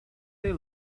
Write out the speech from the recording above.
they